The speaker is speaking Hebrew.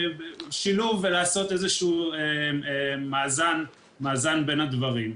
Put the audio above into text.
ההסטוריה ולעשות איזה שהוא מאזן בין הדברים.